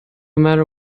matter